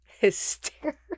hysterical